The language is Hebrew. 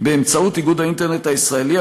באמצעות איגוד האינטרנט הישראלי,